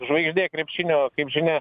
žvaigždė krepšinio kaip žinia